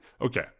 okay